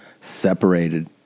separated